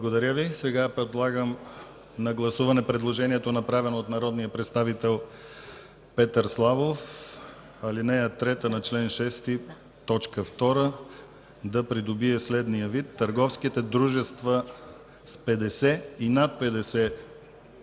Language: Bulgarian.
не е прието. Сега подлагам на гласуване предложението, направено от народния представител Петър Славов ал. 3 на чл. 6, т. 2 да придобие следния вид: „търговските дружества с 50 и над 50